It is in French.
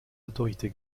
autorités